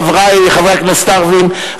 חברי חברי הכנסת הערבים,